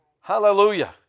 Hallelujah